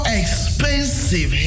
expensive